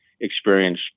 experience